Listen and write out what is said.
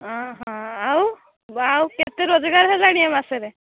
ହଁ ହଁ ଆଉ ଆଉ କେତେ ରୋଜଗାର ହେଲାଣି ଏ ମାସରେ